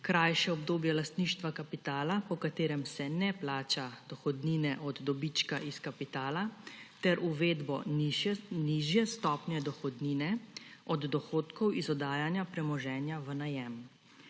krajše obdobje lastništva kapitala, po katerem se ne plača dohodnine od dobička iz kapitala, ter uvedbo nižje stopnje dohodnine od dohodkov iz oddajanja premoženja v najem.